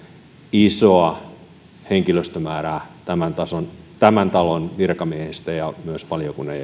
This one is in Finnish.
isoa henkilöstömäärää tämän talon virkamiehiä ja myös valiokunnan